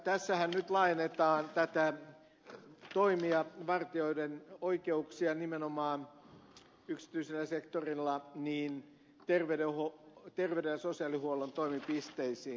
tässähän nyt laajennetaan vartijoiden oikeuksia toimia nimenomaan yksityisellä sektorilla terveyden ja sosiaalihuollon toimipisteisiin